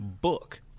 book